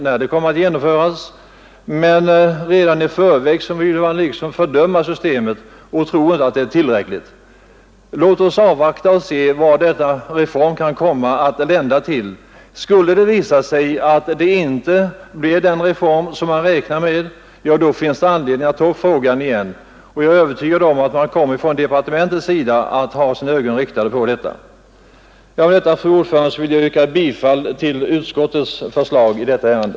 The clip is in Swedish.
Man vill emellertid redan i förväg utdöma hela systemet och tror inte att det är tillräckligt. Låt oss avvakta och se vilka resultat denna reform kan lända till. Skulle det visa sig att reformen inte ger sådana resultat som man nu har skäl att räkna med, finns det anledning att ta upp frågan igen. Jag är övertygad om att man inom departementet kommer att ha sina ögon riktade på detta. Fru talman! Med det anförda ber jag att få yrka bifall till utskottets förslag i detta ärende.